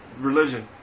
religion